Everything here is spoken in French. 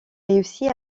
réussit